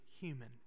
human